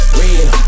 real